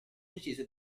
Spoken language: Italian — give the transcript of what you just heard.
deciso